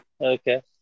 okay